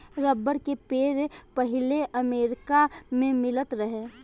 rubber के पेड़ पहिले अमेरिका मे मिलत रहे